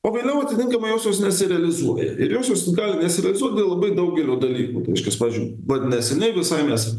pagaliau atitinkamai josios nesirealizuoja ir josios gali nesirealizuot dėl labai daugelio dalykų tai reiškias pavyzdžiui vat neseniai visaj mes